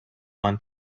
went